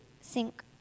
sink